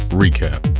recap